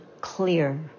clear